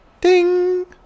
ding